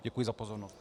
Děkuji za pozornost.